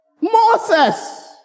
Moses